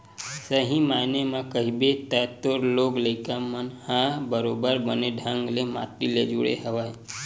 सही मायने म कहिबे त तोर लोग लइका मन ह बरोबर बने ढंग ले माटी ले जुड़े हवय